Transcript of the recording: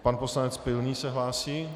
Pan poslanec Pilný se hlásí.